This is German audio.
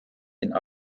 den